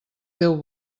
déu